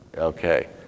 Okay